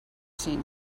seen